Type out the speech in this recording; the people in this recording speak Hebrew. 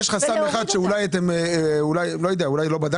יש חסם אחד שאולי לא בדקתם.